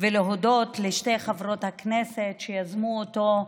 ולהודות לשתי חברות הכנסת שיזמו אותו,